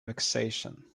vexation